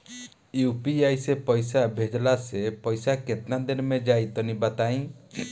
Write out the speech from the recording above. UPI से पईसा भेजलाऽ से पईसा केतना देर मे जाई तनि बताई?